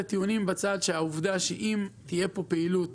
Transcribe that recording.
אם תהיה פה פעילות